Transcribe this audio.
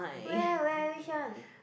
where where which one